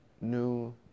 New